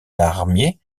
larmier